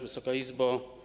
Wysoka Izbo!